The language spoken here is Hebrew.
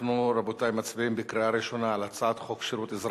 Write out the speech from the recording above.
אנחנו מצביעים בקריאה ראשונה על הצעת חוק שירות אזרחי,